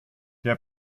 der